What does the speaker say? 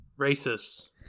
Racist